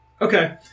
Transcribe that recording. Okay